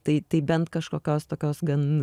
tai tai bent kažkokios tokios gan